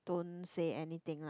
don't say anything lah